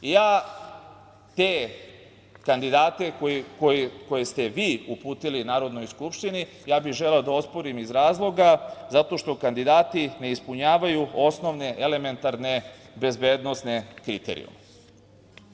Ja te kandidate koje ste vi uputili Narodnoj skupštini, ja bih želeo da osporim iz razloga zato što kandidati ne ispunjavaju osnovne elementarne bezbednosne kriterijume.